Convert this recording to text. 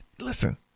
listen